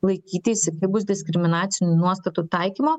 laikyti įsikibus diskriminacinių nuostatų taikymo